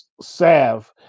salve